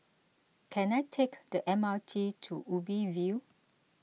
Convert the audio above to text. can I take the M R T to Ubi View